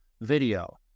video